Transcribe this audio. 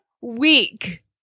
week